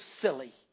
silly